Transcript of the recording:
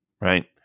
right